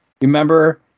Remember